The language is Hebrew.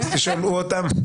אז תשאלו אותם,